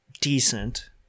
decent